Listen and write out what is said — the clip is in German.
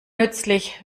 nützlich